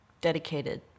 dedicated